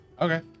Okay